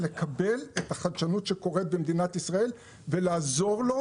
לקבל את החדשנות שקורת במדינת ישראל ולעזור לו,